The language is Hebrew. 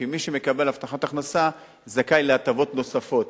כי מי שמקבל הבטחת הכנסה זכאי להטבות נוספות,